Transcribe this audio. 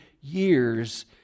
years